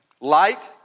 Light